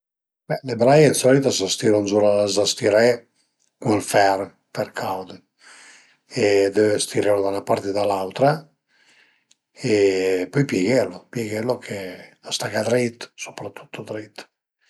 Be le braie d'solit a së stiru zura l'as da stiré cun ël fer bel caud e deve stiré da 'na part e da l'autra e pöi pieghelu, pieghelu ch'a staga drit, soprattutto drit